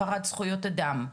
הפרת זכויות אדם.